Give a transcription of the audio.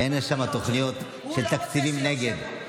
אין שם תוכניות של תקציבים נגד.